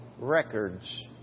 records